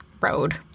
road